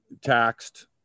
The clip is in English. taxed